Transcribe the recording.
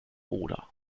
oder